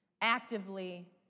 Actively